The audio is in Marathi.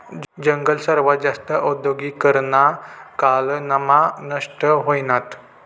जंगल सर्वात जास्त औद्योगीकरना काळ मा नष्ट व्हयनात